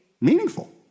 meaningful